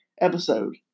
episode